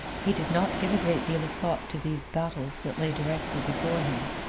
he did not give a great deal of thought to these battles that lay directly before him.